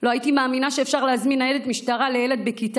לא הייתי מאמינה שאפשר להזמין ניידת משטרה לילד בכיתה